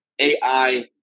AI